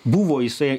buvo jisai